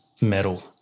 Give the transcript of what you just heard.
metal